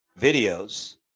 videos